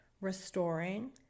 restoring